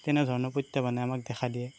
তেনেধৰণৰ প্ৰত্যাহ্বানে আমাক দেখা দিয়ে